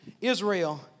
Israel